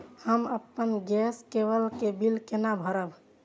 हम अपन गैस केवल के बिल केना भरब?